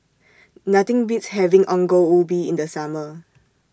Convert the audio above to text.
Nothing Beats having Ongol Ubi in The Summer